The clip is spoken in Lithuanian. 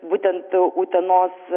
būtent utenos